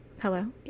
Hello